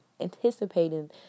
anticipating